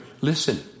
Listen